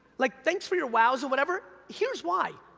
like, thanks for your wows or whatever, here's why,